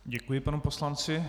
Děkuji panu poslanci.